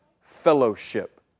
Fellowship